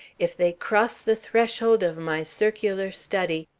if they cross the threshold of my circular study,